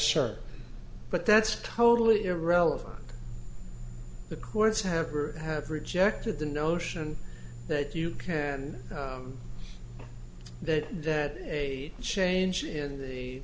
sure but that's totally irrelevant the courts have or have rejected the notion that you can that that a change in the